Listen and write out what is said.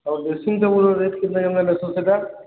ହଉ dressing table rate କେତେ ଦେଖେଇଲ ସେଟା